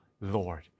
Lord